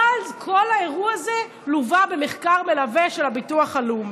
אבל כל האירוע הזה לווה במחקר מלווה של הביטוח הלאומי.